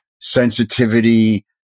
sensitivity